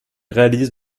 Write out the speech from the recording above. réalise